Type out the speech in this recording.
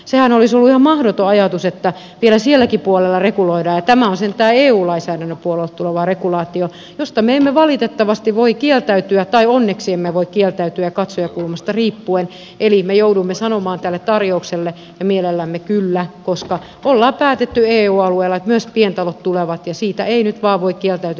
sehän olisi ollut ihan mahdoton ajatus että vielä silläkin puolella reguloidaan ja tämä on sentään eu lainsäädännön puolelta tuleva regulaatio josta me emme valitettavasti voi kieltäytyä tai onneksi emme voi kieltäytyä katsojakulmasta riippuen eli me joudumme sanomaan tälle tarjoukselle ja mielellämme kyllä koska on päätetty eu alueella että myös pientalot tulevat ja siitä ei nyt vain voi kieltäytyä